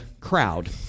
crowd